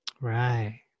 Right